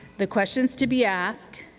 the questions to be asked,